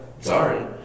sorry